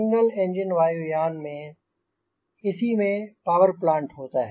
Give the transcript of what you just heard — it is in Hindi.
सिंगल एंजिन वायुयान में इसी में पावर प्लांट होता है